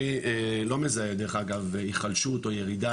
אני לא מזהה דרך אגב היחלשות או ירידה,